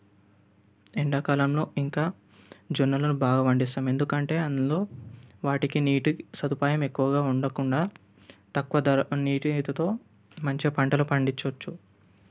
ఎండాకాలంలో ఇంకా జొన్నలను బాగా పండిస్తాం ఎందుకంటే అందులో వాటికి నీటి సదుపాయం ఎక్కువగా ఉండకుండా తక్కువ ధర నీటితో మంచిగా పంటలు పండించవచ్చు